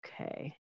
okay